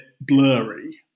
blurry